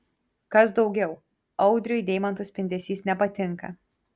kas daugiau audriui deimantų spindesys nepatinka